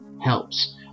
helps